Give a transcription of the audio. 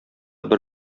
бер